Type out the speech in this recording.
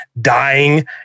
dying